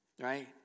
Right